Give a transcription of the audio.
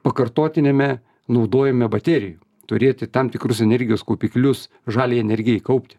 pakartotiniame naudojime baterijų turėti tam tikrus energijos kaupiklius žaliajai energijai kaupti